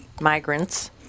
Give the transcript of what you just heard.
migrants